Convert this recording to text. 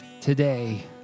today